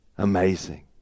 Amazing